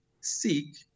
seek